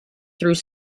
through